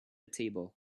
table